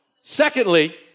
secondly